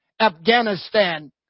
Afghanistan